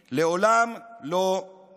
נילחם יחד, יהודים וערבים, נילחם נגד